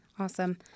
Awesome